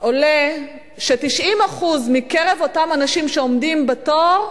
עולה ש-90% מקרב אותם אנשים שעומדים בתור,